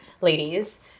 ladies